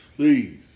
Please